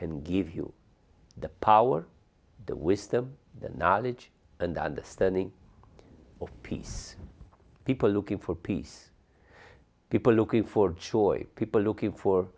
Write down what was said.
and give you the power the wisdom and knowledge and understanding of peace people looking for peace people looking for choice people looking for